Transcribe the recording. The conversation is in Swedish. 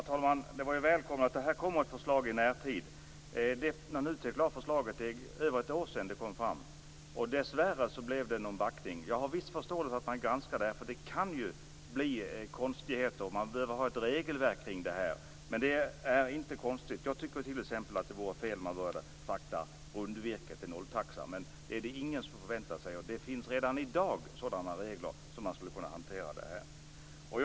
Fru talman! Jag välkomnar att det kommer ett förslag i närtid. NUTEK lade fram sitt förslag för över ett år sedan. Dessvärre blev det så att säga någon backning. Jag har viss förståelse för att man granskar detta, eftersom det ju kan bli konstigheter. Man behöver ha ett regelverk kring detta. Men det är inte konstigt. Jag tycker t.ex. att det vore fel om man började frakta rundvirke till nolltaxa, men det är det ingen som förväntar sig, och det finns redan i dag sådana regler så att man skulle kunna hantera detta.